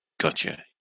Gotcha